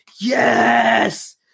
yes